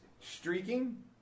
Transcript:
streaking